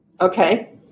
Okay